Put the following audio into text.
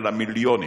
אלא מיליונים,